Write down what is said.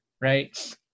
Right